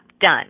done